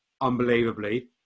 unbelievably